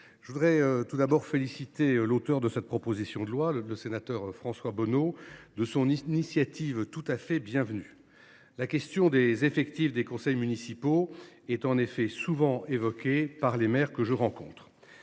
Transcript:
je tiens tout d’abord à féliciter l’auteur de cette proposition de loi, le sénateur François Bonneau, de son initiative tout à fait bienvenue. La question des effectifs des conseils municipaux est en effet souvent évoquée par les maires que je rencontre.